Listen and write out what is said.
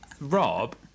Rob